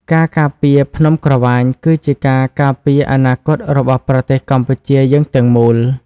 ការការពារភ្នំក្រវ៉ាញគឺជាការការពារអនាគតរបស់ប្រទេសកម្ពុជាយើងទាំងមូល។